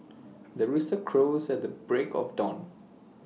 the rooster crows at the break of dawn